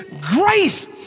grace